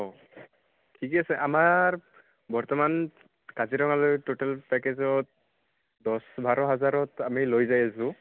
ঠিকে আছে আমাৰ বৰ্তমান কাজিৰঙালৈ ট'টেল পেকেজত দহ বাৰ হাজাৰত আমি লৈ যাও যে